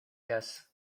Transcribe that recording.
jazz